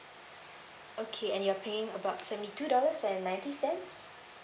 okay and you're paying about seventy two dollars and ninety cents